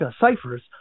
ciphers